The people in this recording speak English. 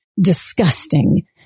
disgusting